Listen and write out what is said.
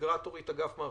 כן.